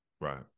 Right